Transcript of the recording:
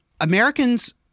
Americans